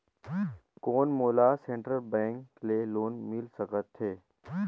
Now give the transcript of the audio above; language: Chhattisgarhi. कौन मोला सेंट्रल बैंक ले लोन मिल सकथे?